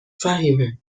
فهیمه